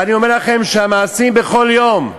ואני אומר לכם שהמעשים, בכל יום,